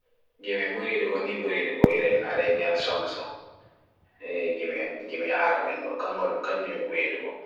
Gemi buri edugo, nimi buri edugo. Iren Arabian song so. Gemi Arabian, kanjimi buri edugo.